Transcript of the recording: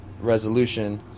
resolution